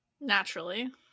Naturally